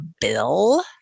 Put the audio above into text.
Bill